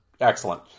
excellent